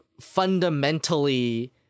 fundamentally